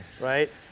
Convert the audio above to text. right